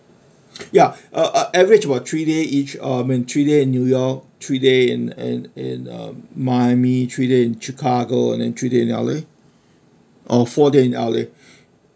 ya uh uh average we're three day each uh we're three day in new york three day in in in uh miami three day in chicago and three day in the L_A or four day in the L_A